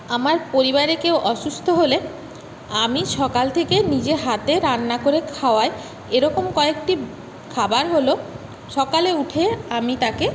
আমার পরিবারে কেউ অসুস্থ হলে আমি সকাল থেকে নিজে হাতে রান্না করে খাওয়াই এরকম কয়েকটি খাবার হল সকালে উঠে আমি তাকে